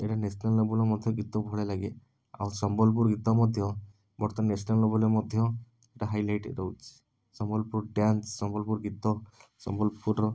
ଏଇଟା ନ୍ୟାସନାଲ୍ ଲେବୁଲର ମଧ୍ୟ ଗୀତ ଭଳିଆ ଲାଗେ ଆଉ ସମ୍ବଲପୁର ଗୀତ ମଧ୍ୟ ବର୍ତ୍ତମାନ ନ୍ୟାସନାଲ୍ ଲେବୁଲରେ ମଧ୍ୟ ଏଇଟା ହାଇଲାଇଟ୍ ରହୁଛି ସମ୍ବଲପୁର ଡ୍ୟାନ୍ସ ସମ୍ବଲପୁର ଗୀତ ସମ୍ବଲପୁରର